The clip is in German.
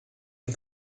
ein